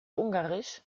ungarisch